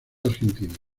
argentina